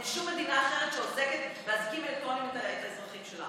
אין שום מדינה אחרת שאוזקת באזיקים אלקטרוניים את האזרחים שלה.